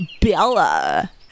Bella